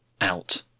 out